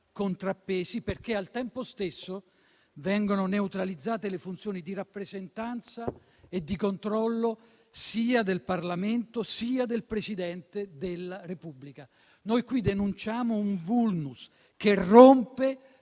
contrappesi, perché al tempo stesso vengono neutralizzate le funzioni di rappresentanza e di controllo sia del Parlamento, sia del Presidente della Repubblica. Noi qui denunciamo un *vulnus* che rompe